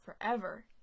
forever